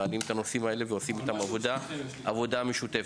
מעלים את הנושאים האלה ועושים איתם ביחד עבודה משותפת.